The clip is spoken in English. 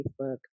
Facebook